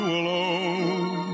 alone